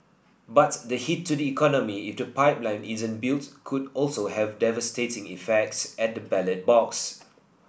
but the hit to the economy if the pipeline isn't built could also have devastating effects at the ballot box